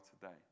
today